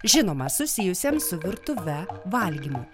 žinoma susijusiam su virtuve valgymu